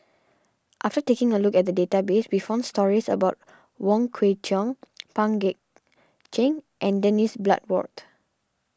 after taking a look at the database we found stories about Wong Kwei Cheong Pang Guek Cheng and Dennis Bloodworth